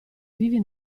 vivi